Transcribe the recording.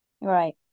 Right